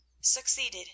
succeeded